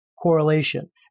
correlation